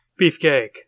Beefcake